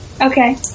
Okay